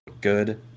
good